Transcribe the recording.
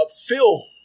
Phil